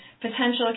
potential